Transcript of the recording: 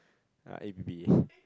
ah A B B